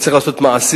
צריך לעשות מעשים.